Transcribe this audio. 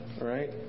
right